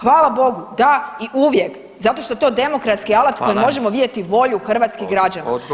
Hvala Bogu da i uvijek, zato što je to demokratski alat kojim možemo [[Upadica: Hvala.]] vidjeti volju hrvatskih građana.